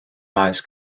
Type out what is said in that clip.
maes